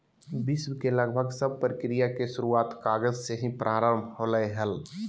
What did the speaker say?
विश्व के लगभग सब प्रक्रिया के शुरूआत कागज से ही प्रारम्भ होलय हल